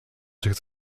zicht